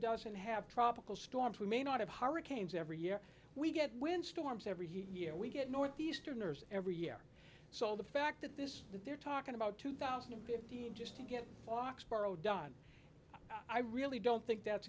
doesn't have tropical storms we may not have hurricanes every year we get wind storms every year we get northeasterners every year so the fact that this that they're talking about two thousand and fifteen just to get foxborough done i really don't think that's